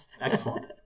Excellent